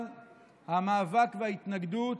אבל המאבק בהתנגדות,